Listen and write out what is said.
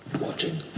Watching